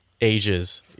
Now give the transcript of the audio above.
ages